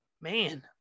man